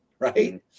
right